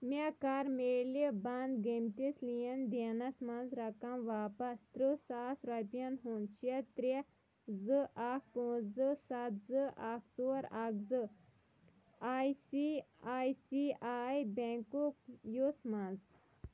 مے کر میلِہ بنٛد گٔمتِس لین دینس منز رَقم واپس تٕرٛہ ساس روپیِن ہٕنزۍ شے ترٛےٚ زٕ اکھ پانٛژھ زٕ ستھ زٕ اکھ ژور اکھ زٕ I C I C I بٮ۪نٛکُک یُس منٛز